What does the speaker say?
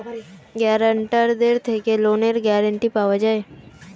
গ্যারান্টারদের থেকে লোনের গ্যারান্টি পাওয়া যায়